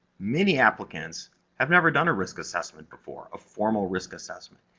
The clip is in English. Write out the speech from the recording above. many applicants have never done a risk assessment before, a formal risk assessment.